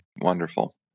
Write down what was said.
Wonderful